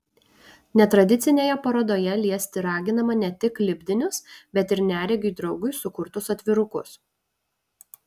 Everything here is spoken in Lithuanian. netradicinėje parodoje liesti raginama ne tik lipdinius bet ir neregiui draugui sukurtus atvirukus